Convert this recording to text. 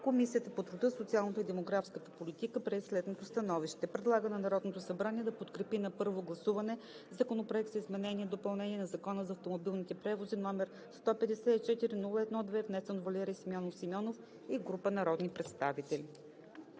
Комисията по труда, социалната и демографската политика прие следното становище: предлага на Народното събрание да подкрепи на първо гласуване Законопроект за изменение и допълнение на Закона за автомобилните превози, № 154-01-2, внесен от Валери Симеонов Симеонов и група народни представители.“